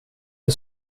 jag